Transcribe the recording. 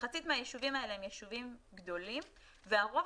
מחצית מהיישובים האלה הם יישובים גדולים והרוב